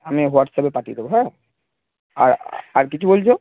আমি হোয়াটসঅ্যাপে পাঠিয়ে দেবো হ্যাঁ আর আর কিছু বলছ